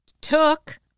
took